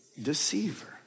Deceiver